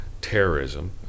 terrorism